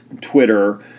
Twitter